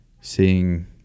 seeing